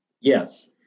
Yes